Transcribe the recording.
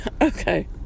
okay